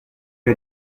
vas